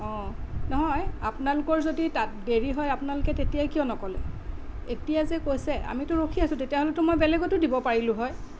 অঁ নহয় আপোনালোকৰ যদি তাত দেৰি হয় আপোনালোকে তেতিয়াই কিয় নক'লে এতিয়া যে কৈছে আমিতো ৰখি আছো তেতিয়া হ'লেতো মই বেলেগতো দিব পাৰিলোঁ হয়